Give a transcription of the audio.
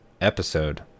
episode